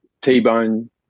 T-bone